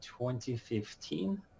2015